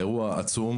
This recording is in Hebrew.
זהו אירוע עצום.